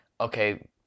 okay